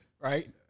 Right